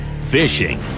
fishing